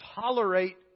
tolerate